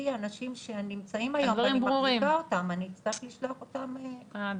האנשים שנמצאים היום אני מחזיקה אותם ואני אצטרך לשלוח אותם.